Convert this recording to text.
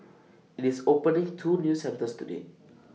IT is opening two new centres today